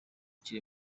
kiri